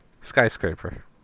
Skyscraper